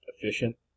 efficient